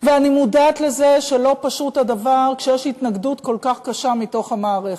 ואני מודעת לזה שלא פשוט הדבר כשיש התנגדות כל כך קשה מתוך המערכת.